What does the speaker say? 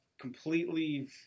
completely